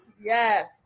yes